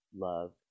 love